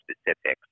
specifics